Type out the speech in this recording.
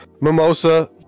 mimosa